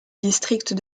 district